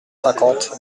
cinquante